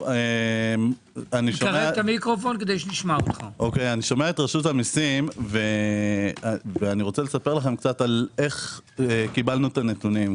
אני שומע את רשות המיסים ורוצה לספר איך קיבלנו את הנתונים.